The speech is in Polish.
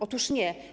Otóż nie.